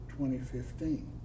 2015